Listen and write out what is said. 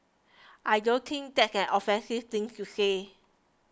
I don't think that's an offensive things to say